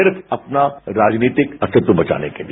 सिर्फ अपना राजनीतिक अस्तित्व बचाने के लिए